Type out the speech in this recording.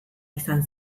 izan